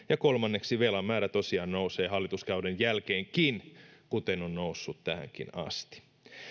ja kolmanneksi velan määrä tosiaan nousee hallituskauden jälkeenkin kuten on noussut tähänkin asti